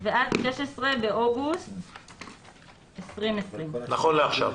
-- ועד 16 באוגוסט 2020. נכון לעכשיו.